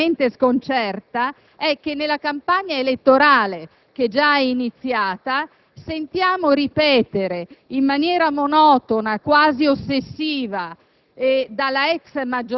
Quello che francamente sconcerta, però, è che nella campagna elettorale, che è già iniziata, sentiamo ripetere in maniera monotona, quasi ossessiva,